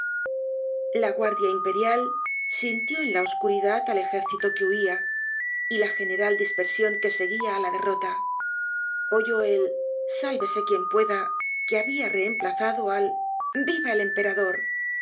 la guardia imperial sintió en la oscuridad al ejército que huia y la general dispersion que seguía á la derrota oyó el sálvese quien pueda que habia reemplazado al fviva el emperador